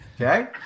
okay